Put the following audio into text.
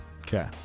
Okay